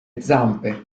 zampe